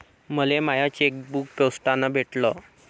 मले माय चेकबुक पोस्टानं भेटल